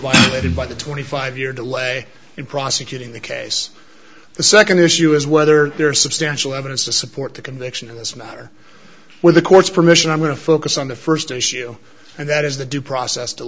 violated by the twenty five year delay in prosecuting the case the second issue is whether there is substantial evidence to support the conviction in this matter with the court's permission i'm going to focus on the first issue and that is the due process